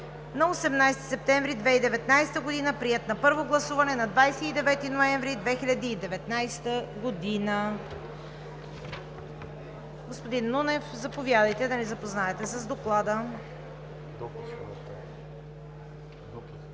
на 18 септември 2019 г., приет на първо гласуване на 29 ноември 2029 г. Господин Нунев, заповядайте да ни запознаете с Доклада.